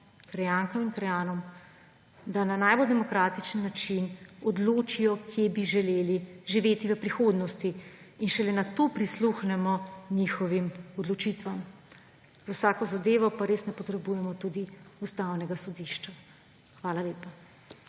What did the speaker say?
krajankam in krajanom, da na najbolj demokratični način odločijo, kje bi želeli živeti v prihodnosti, in šele nato prisluhnemo njihovim odločitvam. Za vsako zadevo pa res ne potrebujemo tudi Ustavnega sodišča. Hvala lepa.